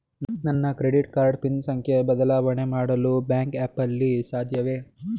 ನನ್ನ credit card PIN ಸಂಖ್ಯೆ ಬದಲಾವಣೆ ಮಾಡಲು ಬ್ಯಾಂಕ್ ಆ್ಯಪ್ ನಲ್ಲಿ ಸಾಧ್ಯವೇ?